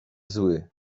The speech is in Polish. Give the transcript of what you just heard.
zły